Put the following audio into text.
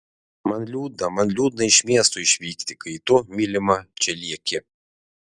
man liūdna man liūdna iš miesto išvykti kai tu mylima čia lieki